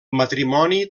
matrimoni